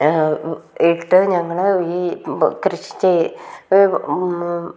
ഇട്ട് ഞങ്ങൾ ഈ കൃഷി ചെയ്ത്